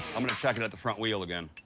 i'm gonna check it at the front wheel again.